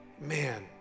Man